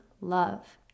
love